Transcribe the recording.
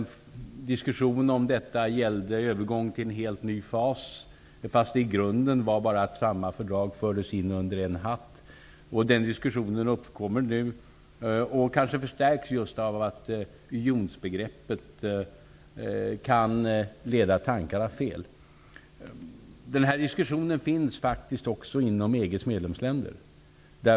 Diskussionen gällde en övergång till en helt ny fas, eftersom det i grunden gällde att samma fördrag fördes in under en hatt. Den diskussionen uppkommer nu och förstärks av att unionsbegreppet kan leda tankarna fel. Diskussionen förs också inom EG:s medlemsländer.